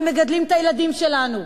אנחנו מגדלים את הילדים שלנו,